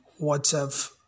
WhatsApp